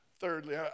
Thirdly